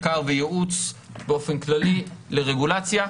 מחקר וייעוץ באופן כללי לרגולציה.